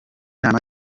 nama